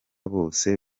bose